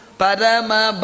parama